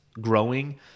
growing